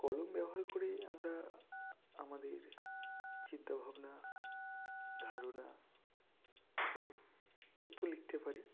কলম ব্যবহার করে আমরা আমাদের চিন্তাভাবনা ধারণা ও তথ্য লিখতে পারি